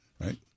right